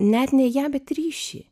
net ne ją bet ryšį